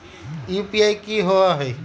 UPI कि होअ हई?